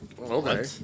Okay